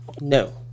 No